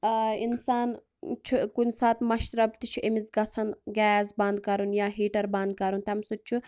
اِنسان چھُ کُنہ ساتہٕ مَشرَف تہِ چھُ امس گَژھان گیس بند کَرُن یا ہیٖٹر بند کَرُن تمہِ سۭتۍ چھُ